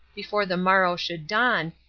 before the morrow should dawn,